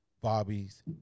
bobby's